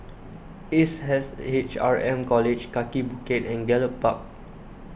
Ace S H R M College Kaki Bukit and Gallop Park